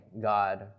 God